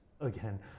again